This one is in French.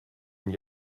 n’y